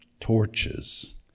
torches